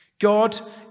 God